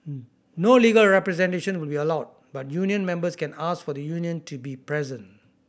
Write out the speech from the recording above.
no legal representation will be allowed but union members can ask for the union to be present